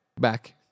back